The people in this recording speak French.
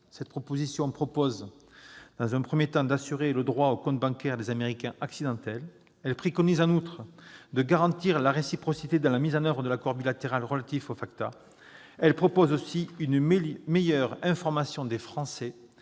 Elle vise à assurer, dans un premier temps, le droit au compte bancaire des « Américains accidentels ». Elle préconise en outre que soit garantie la réciprocité dans la mise en oeuvre de l'accord bilatéral relatif au FATCA. Elle prévoit aussi la meilleure information des Français